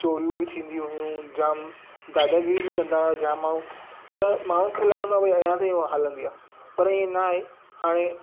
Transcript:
चोरियूं बि थींदी हुयूं जाम दादागीरी बि कंदा हुआ जाम माण्हू त माण्हुनि खे लॻंदो आहे की भई अञा ताईं उहा हलंदी आहे पर ईअं न आहे हाणे